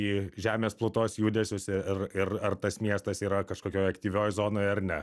į žemės plutos judesius ir ir ar tas miestas yra kažkokioj aktyvioj zonoj ar ne